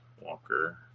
walker